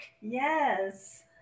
Yes